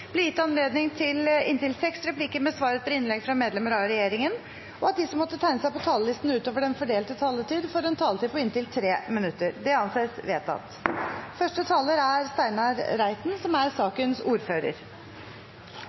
blir gitt anledning til inntil seks replikker med svar etter innlegg fra medlemmer av regjeringen, og at de som måtte tegne seg på talerlisten utover den fordelte taletid, får en taletid på inntil 3 minutter. – Det anses vedtatt I arbeidet med både reindriftsmeldingen og Prop. 90 L for 2018–2019, som vi nå har til behandling, er